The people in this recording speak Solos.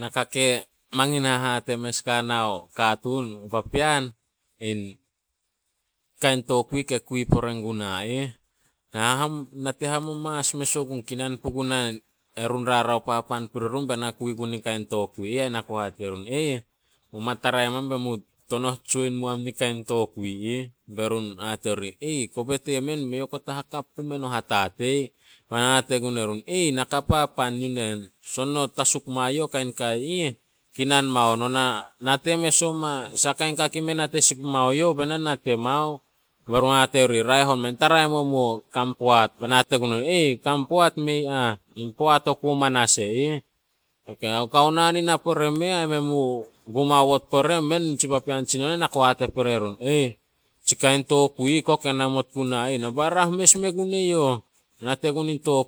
Hioko'i oiraarei oo'ore ruupe kepai hioko'i ii'aa ruupe kepaiarei ee, ta okupita hoko baa oitaa'ita orubisi bo riari okuu'iripa a pakoeba bo kirako'o hioko'i apaakora pita tohaehara bo horibuu bisio sikuruarei aba'uia bira ruiia bira si'ibaa sikuuru bira ruiia boori auba kepaiarei baasiaree kepai bo riari ha ii tabiriri o rubarau roga'a roo'ore bo aitoko haia bo kirako'o. Hioko'i boori ruihara'oeri pia'ii oiraba kirisibaasi bara'ara a bisio ribaa hioko'i bira bisioea pita oitaa'ita, sa oiraba huku'ue hioko'i bo ruuruuto'e bisio boitoopaire bisio, pita hoko-riibohara iisii pita bira teera'aebaa kirakoo'aro haia aitoko'ara oiraarei oo'ore bo kepai'ara arabooire oo'ore bo ruupe orubis bira boriari, orubisi biraa oitoa'ita. Hioko'i iibaa, ua o reareapaa-ribohara oo'ore bisio ruupe kepai, bo kepai'ara. Oiraba oo'ore bisio boitoopai abisioea bisio atu'iari hioko'i bo ato'ara haus kuuku oira'ara hioko'i oiraarei iraa a bisioea bisio